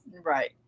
Right